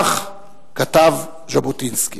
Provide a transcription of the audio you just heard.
כך כתב ז'בוטינסקי.